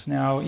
Now